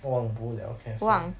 忘不了 cafe